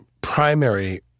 primary